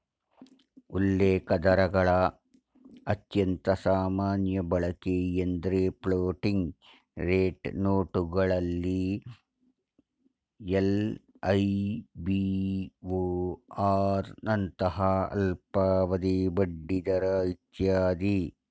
ಉಲ್ಲೇಖದರಗಳ ಅತ್ಯಂತ ಸಾಮಾನ್ಯ ಬಳಕೆಎಂದ್ರೆ ಫ್ಲೋಟಿಂಗ್ ರೇಟ್ ನೋಟುಗಳಲ್ಲಿ ಎಲ್.ಐ.ಬಿ.ಓ.ಆರ್ ನಂತಹ ಅಲ್ಪಾವಧಿ ಬಡ್ಡಿದರ ಇತ್ಯಾದಿ